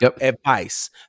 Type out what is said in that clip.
advice